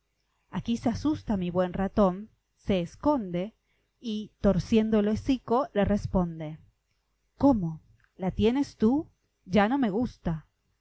aquí se asusta mi buen ratón se esconde y torciendo el hocico le responde cómo la tienes tú ya no me gusta